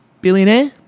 billionaire